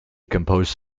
composed